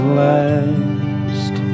last